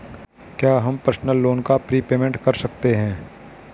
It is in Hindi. क्या हम पर्सनल लोन का प्रीपेमेंट कर सकते हैं?